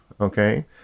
okay